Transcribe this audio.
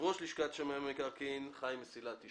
יושב-ראש לשכת שמאי המקרקעין, חיים מסילתי.